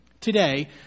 today